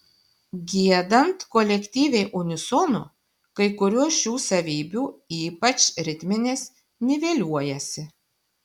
giedant kolektyviai unisonu kai kurios šių savybių ypač ritminės niveliuojasi